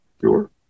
sure